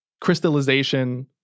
crystallization